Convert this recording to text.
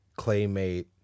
claymate